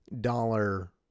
dollar